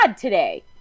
today